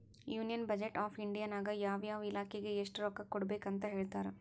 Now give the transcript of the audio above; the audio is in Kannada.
ಯೂನಿಯನ್ ಬಜೆಟ್ ಆಫ್ ಇಂಡಿಯಾ ನಾಗ್ ಯಾವ ಯಾವ ಇಲಾಖೆಗ್ ಎಸ್ಟ್ ರೊಕ್ಕಾ ಕೊಡ್ಬೇಕ್ ಅಂತ್ ಹೇಳ್ತಾರ್